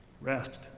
Rest